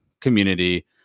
community